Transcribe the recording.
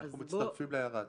אנחנו מצטרפים להערה הזאת.